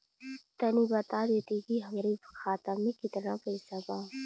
तनि बता देती की हमरे खाता में कितना पैसा बा?